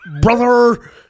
brother